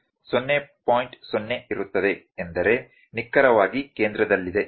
0 ಇರುತ್ತದೆ ಎಂದರೆ ನಿಖರವಾಗಿ ಕೇಂದ್ರದಲ್ಲಿದೆ